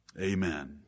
Amen